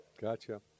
Gotcha